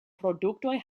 produktoj